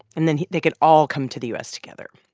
and then they can all come to the u s. together.